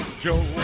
Joe